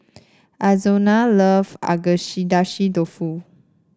Arizona love dofu